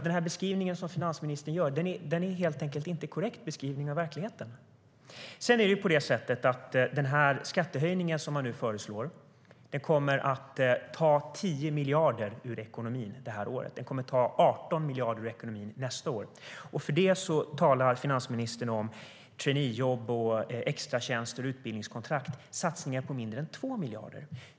Den beskrivning som finansministern ger är helt enkelt inte korrekt. Den skattehöjning som man nu föreslår kommer att ta 10 miljarder ur ekonomin det här året. Den kommer att ta 18 miljarder ur ekonomin nästa år. För detta talar finansministern om traineejobb, extratjänster och utbildningskontrakt. Det är satsningar på mindre än 2 miljarder.